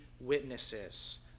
witnesses